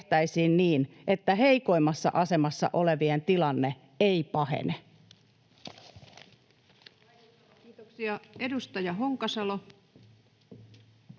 tehtäisiin niin, että heikoimmassa asemassa olevien tilanne ei pahene. [Vasemmalta: Vaikuttava